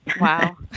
Wow